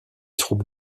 troupes